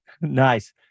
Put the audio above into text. Nice